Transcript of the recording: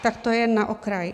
Tak to jen na okraj.